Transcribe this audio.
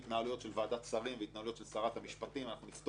של ועדת שרים והתנהלויות של שרת המשפטים נפתור את זה.